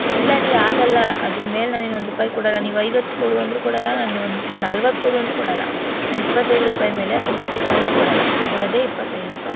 ಇಲ್ಲ ರೀ ಆಗೊಲ್ಲ ಅದ್ರ್ಮೇಲೆ ನಾನು ಇನ್ನು ಒಂದು ರೂಪಾಯಿ ಕೊಡಲ್ಲ ನೀವು ಐವತ್ತು ಕೊಡು ಅಂದರು ಕೊಡಲ್ಲ ನಾನು ಇನ್ನು ನಲವತ್ತು ಕೊಡು ಅಂದರು ಕೊಡಲ್ಲ ನಾನು ಇಪ್ಪತ್ತೈದು ರೂಪಾಯಿ ಮೇಲೆ ಐದು ರೂಪಾಯಿನೂ ಕೊಡಲ್ಲ ಕೊಡೋದೇ ಇಪ್ಪತ್ತೈದು ರೂಪಾಯಿ